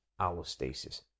allostasis